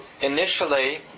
initially